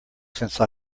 since